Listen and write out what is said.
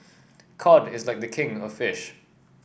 cod is like a king of fish